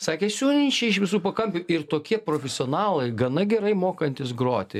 sakė siunčia iš visų pakampių ir tokie profesionalai gana gerai mokantys groti